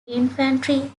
infantry